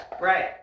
Right